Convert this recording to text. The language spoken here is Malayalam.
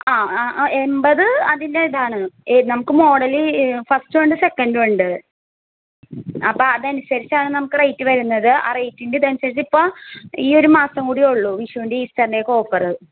ആ ആ ആ എൺപത് അതിൻ്റെ ഇതാണ് നമുക്ക് മോഡൽ ഫസ്റ്റും ഉണ്ട് സെക്കൻ്റും ഉണ്ട് അപ്പം അതനുസരിച്ചാണ് നമുക്ക് റേറ്റ് വരുന്നത് ആ റേറ്റിൻ്റെ ഇതനുസരിച്ചിപ്പോൾ ഈ ഒരു മാസം കൂടിയേ ഉള്ളു വിഷുവിൻ്റെയും ഈസ്റ്റേറിൻ്റെ ഒക്കെ ഓഫർ